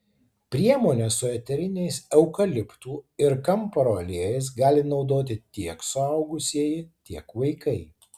priemonę su eteriniais eukaliptų ir kamparo aliejais gali naudoti tiek suaugusieji tiek vaikai